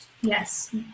Yes